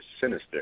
sinister